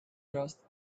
trust